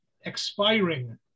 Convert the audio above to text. expiring